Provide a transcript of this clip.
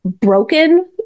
broken